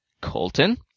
Colton